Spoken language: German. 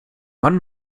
mann